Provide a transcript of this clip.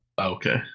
okay